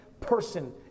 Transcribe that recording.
person